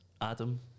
Adam